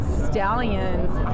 stallions